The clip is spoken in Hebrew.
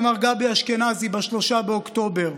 אמר גבי אשכנזי ב-3 באוקטובר,